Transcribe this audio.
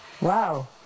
Wow